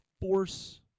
force